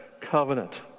covenant